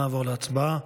נעבור להצבעה.